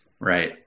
Right